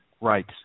Right